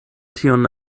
tion